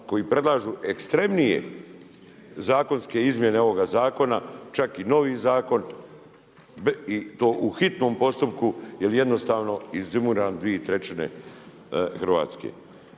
koji predlažu ekstremnije zakonske izmjene ovoga zakona, čak i novi zakon i to u hitnom postupku jer jednostavno izumire nam 2/3 Hrvatske.